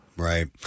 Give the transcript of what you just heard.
Right